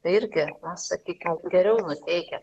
tai irgi na sakykim geriau nuteikia